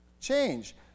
change